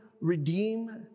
redeem